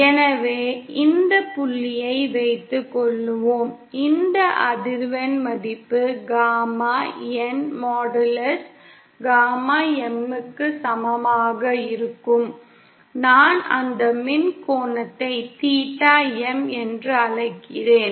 எனவே இந்த புள்ளியை வைத்துக்கொள்வோம் இந்த அதிர்வெண் மதிப்பு gamma n modulus gamma M க்கு சமமாக இருக்கும் நான் அந்த மின் கோணத்தை தீட்டா M என்று அழைக்கிறேன்